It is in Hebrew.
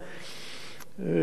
מדור לדור.